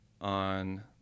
on